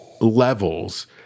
levels